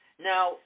Now